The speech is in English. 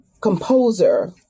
composer